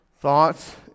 thoughts